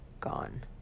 Gone